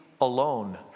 alone